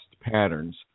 patterns